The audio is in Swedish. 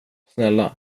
snälla